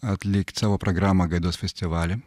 atlikt savo pragramą gaidos festivaly